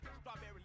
strawberry